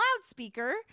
loudspeaker